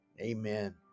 amen